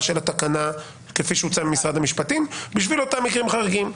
של התקנה כפי שהוצע במשרד המשפטים בשביל אותם מקרים חריגים.